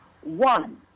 One